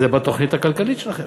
זה בתוכנית הכלכלית שלכם.